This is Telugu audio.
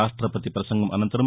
రాష్టపతి ప్రసంగం అనంతరం